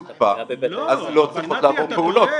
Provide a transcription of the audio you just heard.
אז לא צריכים לעבור פעולות.